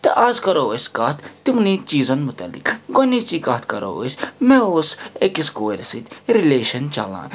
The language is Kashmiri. تہٕ اَز کَرو أسۍ کتھ تِمنٕے چیٖزَن مُتعلِق گۄڈنِچی کتھ کَرو أسۍ مےٚ اوس أکِس کورِ سۭتۍ رِلیشَن چَلان